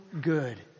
good